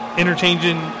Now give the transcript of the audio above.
interchanging